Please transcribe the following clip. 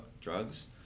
drugs